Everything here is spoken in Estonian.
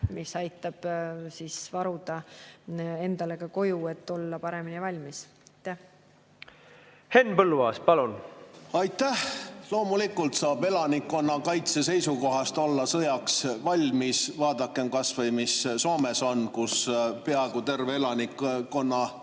mis aitab varuda vajalikku endale koju, et olla paremini valmis. Henn Põlluaas, palun! Aitäh! Loomulikult saab elanikkonnakaitse seisukohast olla sõjaks valmis. Vaadakem kas või, mis Soomes on, kus peaaegu terve elanikkonna tarbeks